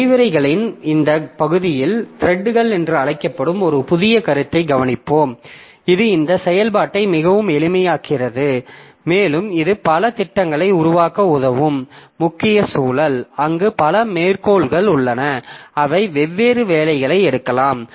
விரிவுரைகளின் இந்த பகுதியில் த்ரெட்கள் என்று அழைக்கப்படும் ஒரு புதிய கருத்தை கவனிப்போம் இது இந்த செயல்பாட்டை மிகவும் எளிமையாக்குகிறது மேலும் இது பல திட்டங்களை உருவாக்க உதவும் முக்கிய சூழல் அங்கு பல மேற்கோள்கள் உள்ளன அவை வெவ்வேறு வேலைகளை எடுக்கலாம்